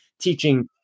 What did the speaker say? teaching